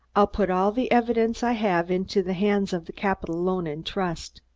i'll put all the evidence i have into the hands of the capitol loan and trust.